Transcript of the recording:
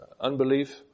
unbelief